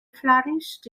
flourished